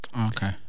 Okay